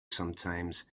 sometimes